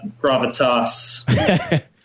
gravitas